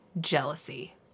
Jealousy